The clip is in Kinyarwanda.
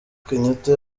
kenyatta